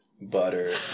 butter